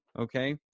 okay